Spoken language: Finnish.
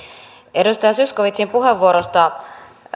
edustaja zyskowiczin puheenvuorosta